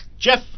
Jeff